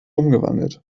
umgewandelt